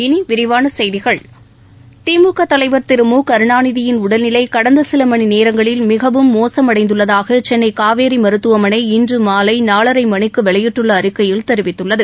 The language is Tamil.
இனி விரிவான செய்திகள் திமுக தலைவர் திரு முகருணாநிதியின் உடல்நிலை கடந்த சில மணி நேரங்களில் மிகவும் மோசமடைந்துள்ளதாக சென்னை காவேரி மருத்துவமனை இன்று மாலை நாலரை மணிக்கு வெளியிட்டுள்ள அறிக்கையில் தெரிவித்துள்ளது